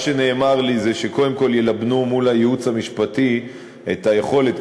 מה שנאמר לי זה שקודם כול ילבנו מול הייעוץ המשפטי את היכולת,